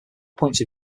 points